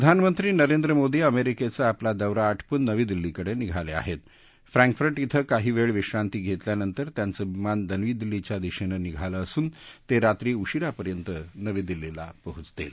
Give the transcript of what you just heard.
प्रधानमंत्री नरेंद्र मोदी अमक्रिची आपला दौरा आटपून नवी दिल्लीकडसिघालआहत फ्रंकफ्रंट श्वे काही वळी विश्रांती घरिम्यानंतर त्यांचं विमान नवी दिल्लीच्या दिशांचे निघालं असून त्रित्री उशिरा नवी दिल्लीला पोचतील